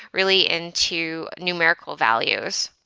really, into numerical values.